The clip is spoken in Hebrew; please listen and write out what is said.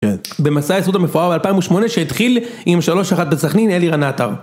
במסע הייסוד המפואר ב2008 שהתחיל עם 3:1 בסכנין אלירן עטר.